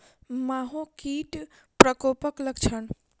माहो कीट केँ प्रकोपक लक्षण?